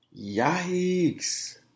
Yikes